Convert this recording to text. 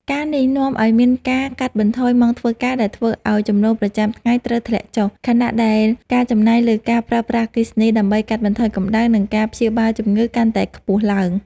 ការណ៍នេះនាំឱ្យមានការកាត់បន្ថយម៉ោងធ្វើការ ដែលធ្វើឱ្យចំណូលប្រចាំថ្ងៃត្រូវធ្លាក់ចុះ ខណៈដែលការចំណាយលើការប្រើប្រាស់អគ្គិសនីដើម្បីកាត់បន្ថយកម្ដៅ និងការព្យាបាលជំងឺកាន់តែខ្ពស់ឡើង។